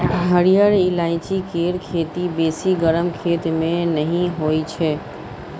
हरिहर ईलाइची केर खेती बेसी गरम खेत मे नहि होइ छै